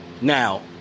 now